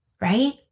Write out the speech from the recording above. right